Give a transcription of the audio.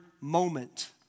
moment